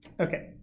okay